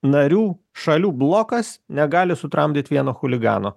narių šalių blokas negali sutramdyt vieno chuligano